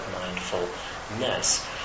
mindfulness